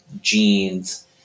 genes